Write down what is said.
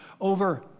over